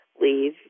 leave